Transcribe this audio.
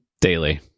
daily